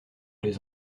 les